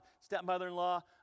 stepmother-in-law